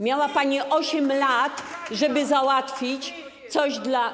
Miała pani 8 lat, żeby załatwić coś dla.